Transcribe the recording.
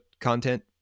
content